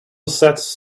sets